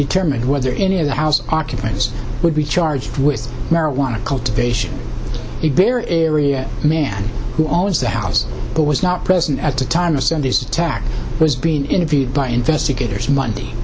determined whether any of the house occupants would be charged with marijuana cultivation a man who always the house but was not present at the time of sunday's attack has been interviewed by investigators monday